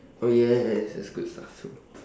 oh yes that's good stuff too